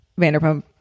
Vanderpump